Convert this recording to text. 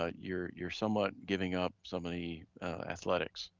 ah you're you're somewhat giving up some of the athletics.